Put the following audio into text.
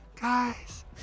Guys